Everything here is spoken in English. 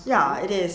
ya it is